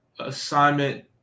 assignment